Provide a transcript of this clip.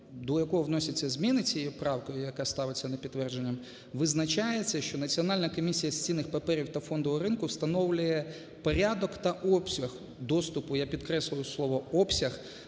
до якого вносяться зміни цією правкою, яка ставиться на підтвердження, визначається, що Національна комісія з цінних паперів та фондового ринку встановлює порядок та обсяг доступу, я підкреслюю слово "обсяг",